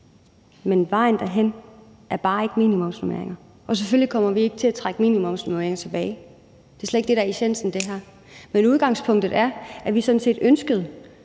Men vejen derhen er bare ikke minimumsnormeringer. Selvfølgelig kommer vi ikke til at trække minimumsnormeringer tilbage. Det er slet ikke det, der er essensen i det her. Men udgangspunktet er, at vi sådan set ønskede,